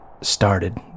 started